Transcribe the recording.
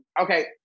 okay